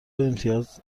امتیاز